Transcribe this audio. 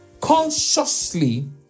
consciously